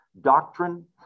doctrine